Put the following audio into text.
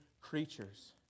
creatures